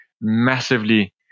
massively